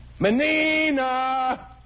Menina